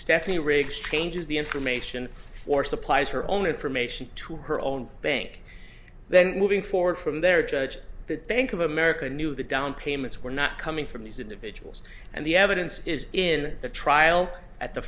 stephanie riggs changes the information or supplies her own information to her own bank then moving forward from there judge that bank of america knew that down payments were not coming from these individuals and the evidence is in the trial at the